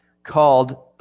called